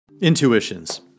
Intuitions